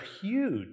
huge